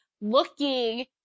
looking